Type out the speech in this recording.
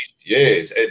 yes